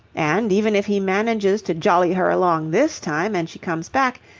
and, even if he manages to jolly her along this time and she comes back,